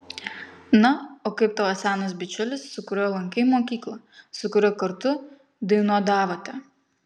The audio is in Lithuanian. na o kaip tavo senas bičiulis su kuriuo lankei mokyklą su kuriuo kartu dainuodavote